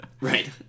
Right